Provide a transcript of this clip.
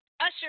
Usher